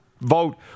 vote